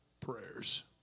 prayers